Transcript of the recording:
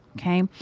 okay